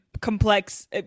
complex